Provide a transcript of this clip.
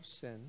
sin